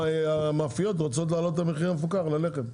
המאפיות רוצות להעלות את המחיר המפוקח על הלחם.